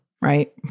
right